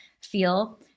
feel